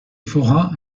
forain